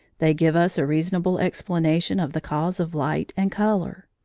they give us a reasonable explanation of the cause of light and colour.